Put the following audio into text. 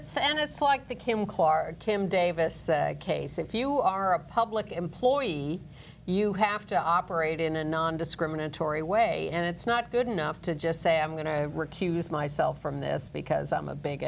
it's and it's like the kim card kim davis case if you are a public employee you have to operate in a nondiscriminatory way and it's not good enough to just say i'm going to recuse myself from this because i'm a big